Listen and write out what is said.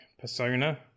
Persona